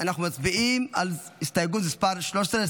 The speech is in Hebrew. אנחנו מצביעים על הסתייגות מס' 13,